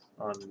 on